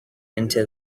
into